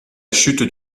chute